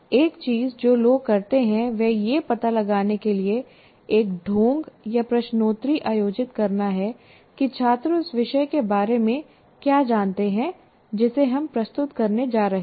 एक चीज जो लोग करते हैं वह यह पता लगाने के लिए एक ढोंग या प्रश्नोत्तरी आयोजित करना है कि छात्र उस विषय के बारे में क्या जानते हैं जिसे हम प्रस्तुत करने जा रहे हैं